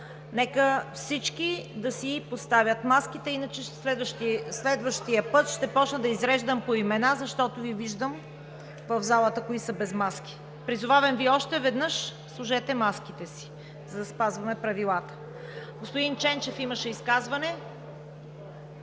Нека всички да си поставят маските, иначе следващия път ще започна да изреждам поименно, защото Ви виждам в залата кои са без маски. Призовавам Ви още веднъж: сложете маските си, за да спазваме правилата! Господин Ченчев имаше заявено